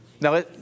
Now